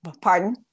pardon